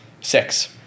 Six